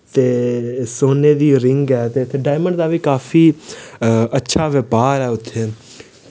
ते सोने दी रिंग ऐ ते उत्थै डायमंड दा बी काफी अच्छा बपार ऐ उत्थै